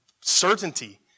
certainty